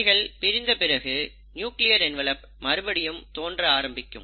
இவைகள் பிரிந்த பிறகு நியூக்ளியர் என்வலப் மறுபடியும் தோன்ற ஆரம்பிக்கும்